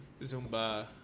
Zumba